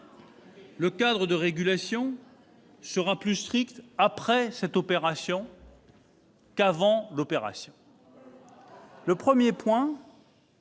Le cadre de régulation sera plus strict après cette opération qu'il ne l'était avant. Premier point